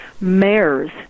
mayors